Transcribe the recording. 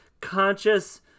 conscious